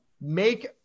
make